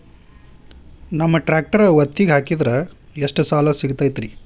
ನಮ್ಮ ಟ್ರ್ಯಾಕ್ಟರ್ ಒತ್ತಿಗೆ ಹಾಕಿದ್ರ ಎಷ್ಟ ಸಾಲ ಸಿಗತೈತ್ರಿ?